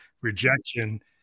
rejection